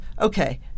okay